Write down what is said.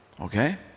Okay